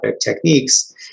techniques